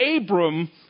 Abram